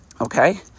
Okay